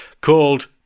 called